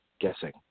guessing